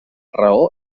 raó